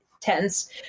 tense